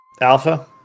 Alpha